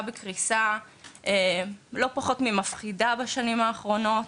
בקריסה לא פחות ממפחידה בשנים האחרונות.